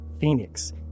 Phoenix